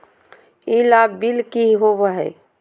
ई लाभ बिल की होबो हैं?